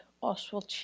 Oswald